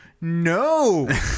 no